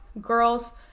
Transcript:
girls